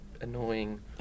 annoying